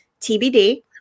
TBD